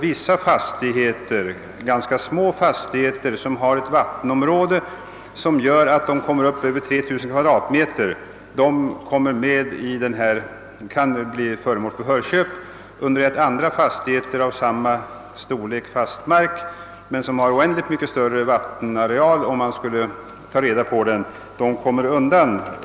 Vissa ganska små fastigheter, som har ett vattenområde vilket gör att arealen kommer upp till över 3000 kvadratmeter, kan genom denna tolkning bli föremål för förköp, under det att andra fastigheter med fast mark av samma storlek men med oändligt mycket större vattenareal — om man skulle ta reda på den — kommer undan.